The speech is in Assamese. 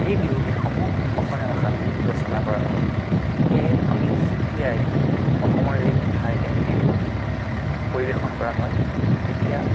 এই বিহু গীতসমূহ অসমীয়া ভাষাতে ৰচনা কৰা হয় সেয়েহে আমি যেতিয়াই অসমৰ যিকোনো ঠাইতে বিহুগীত পৰিবেশন কৰা হয় তেতিয়া